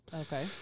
Okay